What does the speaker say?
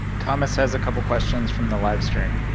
thomas has a couple questions from the live stream.